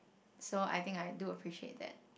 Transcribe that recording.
so I think I do appreciate that